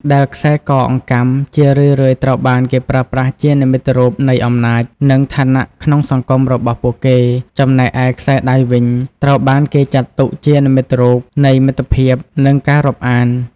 ដែលខ្សែកអង្កាំ ជារឿយៗត្រូវបានគេប្រើប្រាស់ជានិមិត្តរូបនៃអំណាច និងឋានៈក្នុងសង្គមរបស់ពួកគេ ចំណែកឯ ខ្សែដៃ វិញ ត្រូវបានគេចាត់ទុកជានិមិត្តរូបនៃមិត្តភាព និងការរាប់អាន។